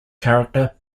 character